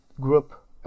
group